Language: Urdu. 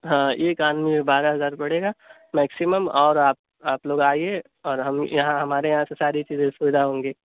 ہاں ایک آدمی پہ بارہ ہزار پڑے گا میکسمم اور آپ آپ لوگ آئیے اور ہم یہاں ہمارے یہاں سے ساری چیزیں سودھا ہوں گی